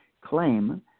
claim